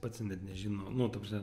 pats nežino nu ta prasme